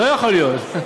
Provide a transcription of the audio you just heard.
לא יכול להיות.